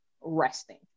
resting